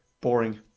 Boring